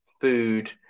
food